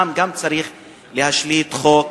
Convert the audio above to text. צריך להשליט שם חוק